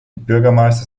bürgermeister